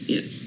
Yes